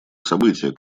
события